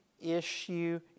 issue